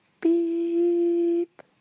Beep